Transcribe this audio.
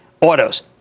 autos